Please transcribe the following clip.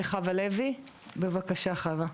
חוה לוי, בבקשה.